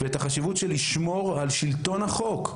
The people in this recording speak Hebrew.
ואת החשיבות של לשמור על שלטון החוק.